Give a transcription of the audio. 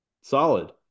solid